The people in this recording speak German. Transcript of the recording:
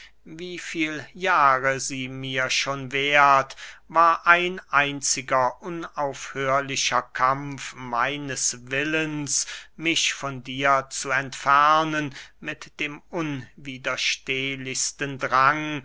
wie viel jahre sie mir schon währt war ein einziger unaufhörlicher kampf meines willens mich von dir zu entfernen mit dem unwiderstehlichsten drang